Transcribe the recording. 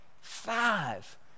five